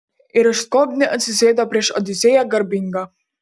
ir už skobnių atsisėdo prieš odisėją garbingą